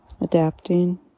adapting